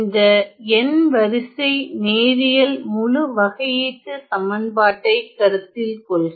இந்த n வரிசை நேரியல் முழு வகையீட்டுச் சமன்பாட்டை கருத்தில் கொள்க